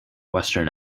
western